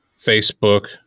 Facebook